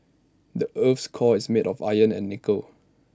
the Earth's core is made of iron and nickel